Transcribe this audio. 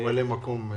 ממלא מקום.